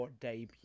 debut